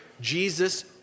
Jesus